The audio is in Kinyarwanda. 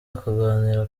akaganira